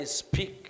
speak